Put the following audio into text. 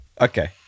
Okay